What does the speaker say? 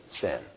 sin